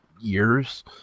years